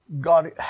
God